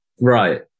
Right